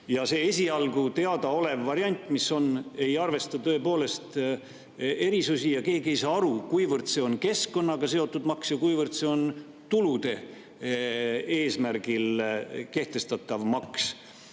See esialgu teadaolev variant ei arvesta tõepoolest erisustega ja keegi ei saa aru, kuivõrd on see keskkonnaga seotud maks ja kuivõrd tulude eesmärgil kehtestatav maks.